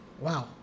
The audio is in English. Wow